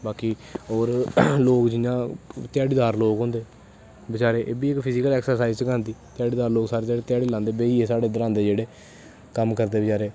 बाकी होर लोग जियां ध्याह्ड़ी दार लोग होंदे बजैरी एह् बी इक फिजीकली ऐक्स्रसाईज़ च गै आंदी ध्याह्ड़ी दीर लोग सारी ध्याह्ड़ी ध्याह्ड़ी लांदे भाईये इद्दर आंदे जेह्ड़े कम्म करदे बचैरे